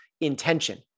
intention